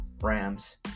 Rams